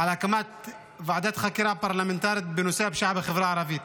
על הקמת ועדת חקירה פרלמנטרית בנושא הפשיעה בחברה הערבית.